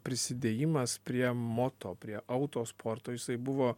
prisidėjimas prie moto prie autosporto jisai buvo